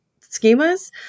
schemas